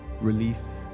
release